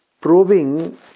probing